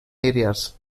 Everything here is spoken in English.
areas